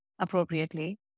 appropriately